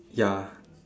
ya